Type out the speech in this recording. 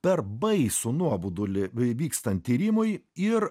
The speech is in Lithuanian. per baisų nuobodulį vykstant tyrimui ir